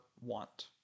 want